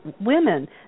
women